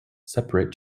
separate